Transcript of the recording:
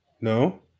No